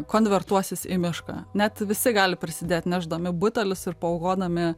konvertuosis į mišką net visi gali prisidėt nešdami butelius ir paaukodami